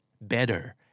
better